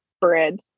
bread